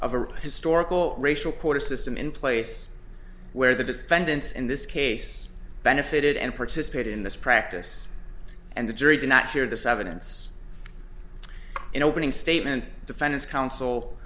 a historical racial quota system in place where the defendants in this case benefited and participated in this practice and the jury did not hear this evidence in opening statement defendant's counsel